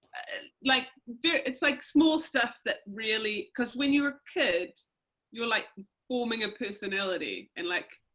like it's like small stuff that really, because when you're a kid you're, like forming a personality and like,